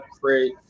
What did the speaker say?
create